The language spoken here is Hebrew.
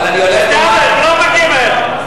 בדל"ת, לא בגימ"ל.